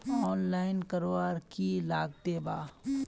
Online करवार की लगते वा?